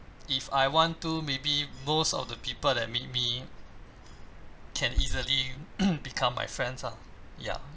if I want to maybe most of the people that meet me can easily become my friends ah ya